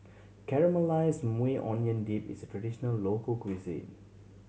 Caramelize Maui Onion Dip is a traditional local cuisine